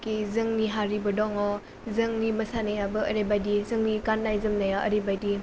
कि जोंनि हारिबो दङ जोंनि मोसानायाबो ओरैबायदि जोंनि गाननाय जोमनाया ओरैबायदि